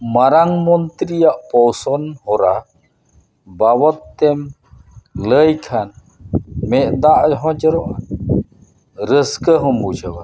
ᱢᱟᱨᱟᱝ ᱢᱚᱱᱛᱨᱤᱭᱟᱜ ᱯᱳᱥᱚᱱ ᱦᱚᱨᱟ ᱵᱟᱵᱚᱫᱽ ᱛᱮᱢ ᱞᱟᱹᱭ ᱠᱷᱟᱱ ᱢᱮᱫ ᱫᱟᱜ ᱦᱚᱸ ᱡᱚᱨᱚᱜᱼᱟ ᱨᱟᱹᱥᱠᱟᱹ ᱦᱚᱢ ᱵᱩᱡᱷᱟᱹᱣᱟ